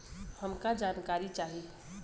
हमका जानकारी चाही?